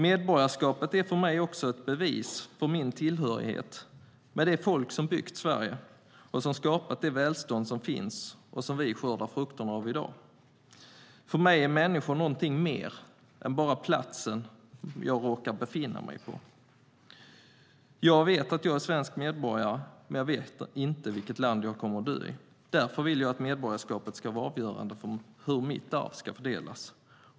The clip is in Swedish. Medborgarskapet är också ett bevis för min tillhörighet med det folk som byggt Sverige och som skapat det välstånd som finns och som vi skördar frukterna av i dag. För mig är människor något mer än platsen som de råkar befinna sig på. Jag vet att jag är svensk medborgare, men jag vet inte vilket land jag kommer dö i. Därför vill jag att medborgarskapet ska vara avgörande för hur mitt arv ska fördelas.